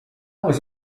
was